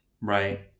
Right